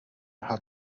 how